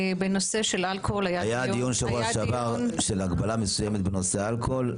היה דיון שבוע שעבר של הגבלה בנושא אלכוהול.